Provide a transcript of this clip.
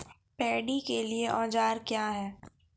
Paddy के लिए औजार क्या हैं?